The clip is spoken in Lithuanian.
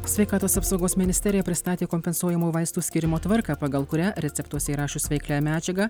sveikatos apsaugos ministerija pristatė kompensuojamų vaistų skyrimo tvarką pagal kurią receptuose įrašius veikliąja medžiaga